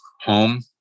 home